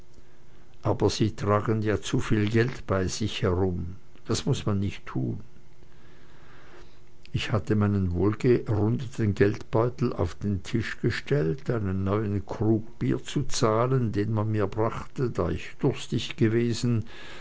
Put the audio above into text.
aber sie tragen ja zuviel geld bei sich herum das muß man nicht tun ich hatte meinen wohlgerundeten geldbeutel auf den tisch gestellt um einen neuen krug bier zu zahlen den man mir brachte da ich durstig gewesen